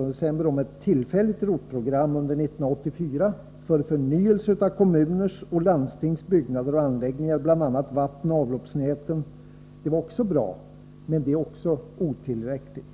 — om ett tillfälligt ROT-program under 1984 för förnyelse av kommuners och landstings byggnader och anläggningar, bl.a. vattenoch avloppsnäten, var också bra, men även det är otillräckligt.